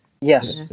Yes